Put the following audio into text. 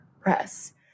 press